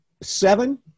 seven